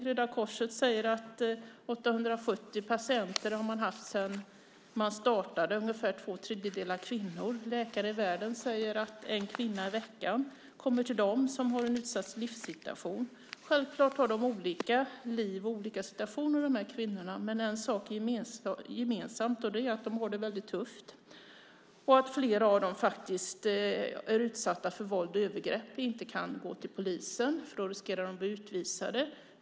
Röda Korset säger att man har haft 870 patienter sedan man startade, ungefär två tredjedelar kvinnor. Läkare i världen säger att en kvinna i veckan med utsatt livssituation kommer till dem. Självklart har dessa kvinnor olika liv och olika situationer, men en sak har de gemensamt: De har det väldigt tufft. Flera av dem är utsatta för våld och övergrepp och kan inte gå till polisen, för då riskerar de att bli utvisade.